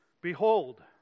behold